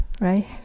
right